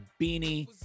beanie